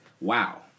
Wow